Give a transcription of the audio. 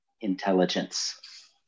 intelligence